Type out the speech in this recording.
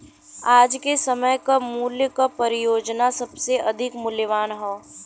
आज के समय क मूल्य क परियोजना सबसे अधिक मूल्यवान हौ